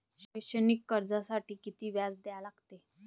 शैक्षणिक कर्जासाठी किती व्याज द्या लागते?